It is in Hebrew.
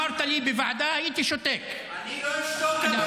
יש לי משפחה בעזה, בשכם, בכוויית, בלבנון,